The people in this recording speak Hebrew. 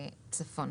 והצפון.